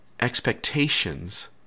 expectations